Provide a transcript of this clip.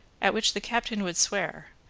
at which the captain would swear,